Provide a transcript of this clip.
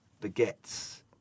begets